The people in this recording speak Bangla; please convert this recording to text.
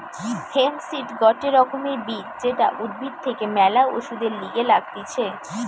হেম্প সিড গটে রকমের বীজ যেটা উদ্ভিদ থেকে ম্যালা ওষুধের লিগে লাগতিছে